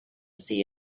see